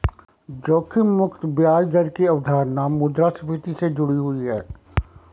जोखिम मुक्त ब्याज दर की अवधारणा मुद्रास्फति से जुड़ी हुई है